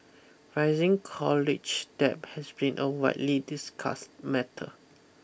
rising college debt has been a widely discussed matter